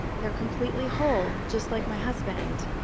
they're completely whole, just like my husband.